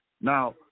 Now